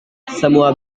semua